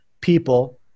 people